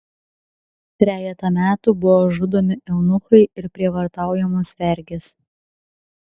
trejetą metų buvo žudomi eunuchai ir prievartaujamos vergės